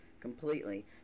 Completely